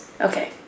Okay